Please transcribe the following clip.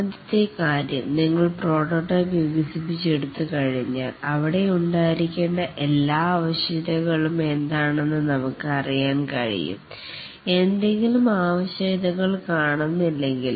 ആദ്യത്തെ കാര്യം നിങ്ങൾ പ്രോട്ടോടൈപ്പ് വികസിപ്പിച്ചെടുത്തു കഴിഞ്ഞാൽ അവിടെ ഉണ്ടായിരിക്കേണ്ട എല്ലാ ആവശ്യകതകളും എന്താണെന്ന് നമുക്ക് അറിയാൻ കഴിയും എന്തെങ്കിലും ആവശ്യകതകൾ കാണുന്നില്ലെങ്കിൽ